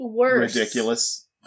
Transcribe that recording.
...ridiculous